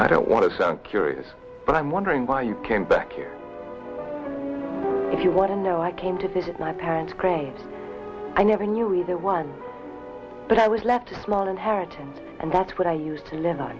i don't want to sound curious but i'm wondering why you came back here if you want to know i came to visit my parents grave i never knew either one but i was left a small inheritance and that's what i used to live on